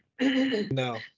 No